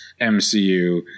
MCU